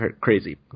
crazy